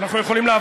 לרחם עליכם.